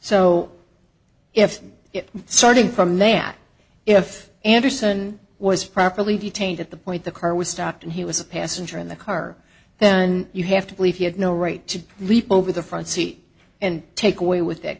so if starting from that if anderson was properly detained at the point the car was stopped and he was a passenger in the car then you have to believe he had no right to leap over the front seat and take away with that